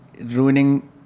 ruining